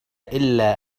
إلا